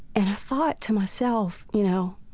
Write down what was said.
and i thought to myself, you know,